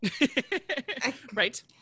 Right